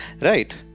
right